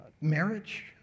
marriage